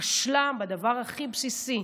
כשלה בדבר הכי בסיסי,